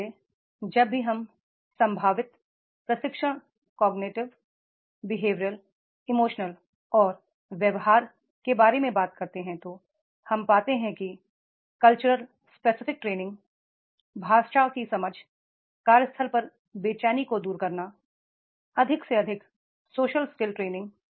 इसलिए जब भी हम संभावित प्रशिक्षण कॉग्निटिव बिहेवियरल इमोशनल और व्यवहार के बारे में बात करते हैं तो हम पाते हैं कि कल्चर स्पेसिफिक ट्रे निंग भाषा की समझ कार्यस्थल पर बेचैनी को दूर करना अधिक से अधिक सोशल स्किल ट्रे निंग